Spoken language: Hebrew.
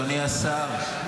אדוני השר,